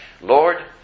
Lord